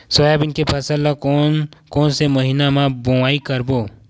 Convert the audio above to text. Soybean के फसल ल कोन कौन से महीना म बोआई करबो?